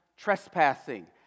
Trespassing